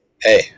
Hey